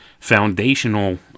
foundational